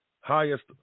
highest